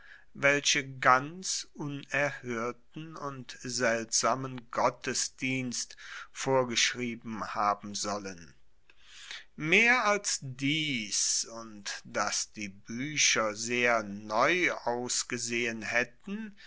welche ganz unerhoerten und seltsamen gottesdienst vorgeschrieben haben sollen mehr als dies und dass die buecher sehr neu ausgesehen haetten